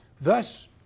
Thus